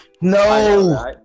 No